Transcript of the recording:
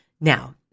Now